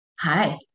hi